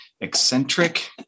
Eccentric